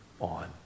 on